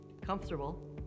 comfortable